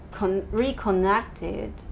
reconnected